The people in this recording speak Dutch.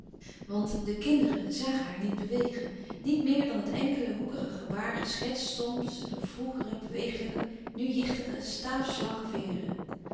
want de kinderen zagen haar niet bewegen niet meer dan het enkele hoekige gebaar geschetst soms door vroegere beweeglijke nu jichtige